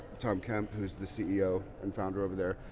tom kemp, who's the ceo and founder over there,